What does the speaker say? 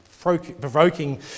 provoking